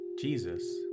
Jesus